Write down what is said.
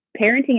parenting